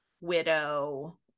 widow